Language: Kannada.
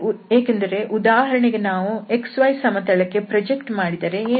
ಏಕೆಂದರೆ ಉದಾಹರಣೆಗೆ ನಾವು xyಸಮತಲಕ್ಕೆ ಪ್ರೊಜೆಕ್ಟ್ ಮಾಡಿದರೆ ಏನಾಗುತ್ತದೆ